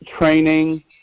training